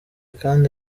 kandi